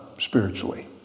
Spiritually